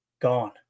Gone